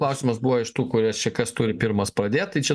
klausimas buvo iš tų kuris čia kas turi pirmas pradėt tai čia